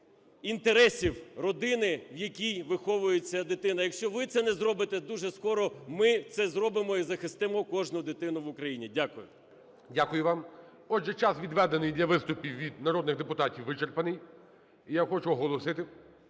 Дякую вам. Отже, час, відведений для виступів від народних депутатів, вичерпаний. І я хочу оголосити,